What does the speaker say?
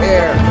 air